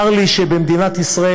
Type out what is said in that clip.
צר לי שבמדינת ישראל,